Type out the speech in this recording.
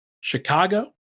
Chicago